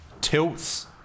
tilts